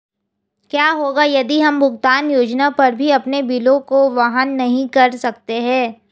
क्या होगा यदि हम भुगतान योजना पर भी अपने बिलों को वहन नहीं कर सकते हैं?